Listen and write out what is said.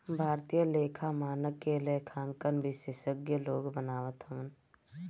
भारतीय लेखा मानक के लेखांकन विशेषज्ञ लोग बनावत हवन